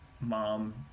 mom